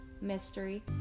mystery